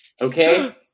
Okay